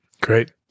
Great